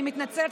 אני מתנצלת,